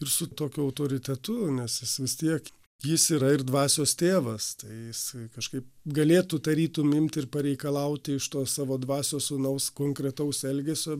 ir su tokiu autoritetu nes jis vis tiek jis yra ir dvasios tėvas tai jis kažkaip galėtų tarytum imt ir pareikalauti iš to savo dvasios sūnaus konkretaus elgesio